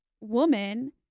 woman